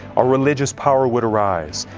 a religious power would rise.